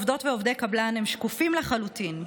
עובדות ועובדי קבלן הם שקופים לחלוטין,